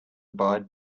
abide